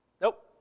Nope